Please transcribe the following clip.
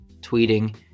tweeting